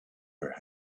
her